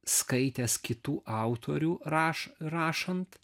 skaitęs kitų autorių rašo rašant